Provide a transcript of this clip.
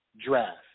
draft